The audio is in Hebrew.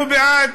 אנחנו בעד,